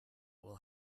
will